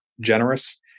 generous